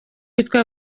witwa